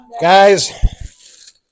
Guys